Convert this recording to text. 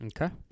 Okay